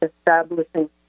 establishing